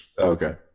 Okay